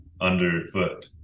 underfoot